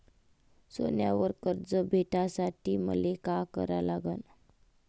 सोन्यावर कर्ज भेटासाठी मले का करा लागन?